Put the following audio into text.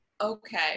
Okay